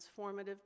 transformative